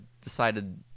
decided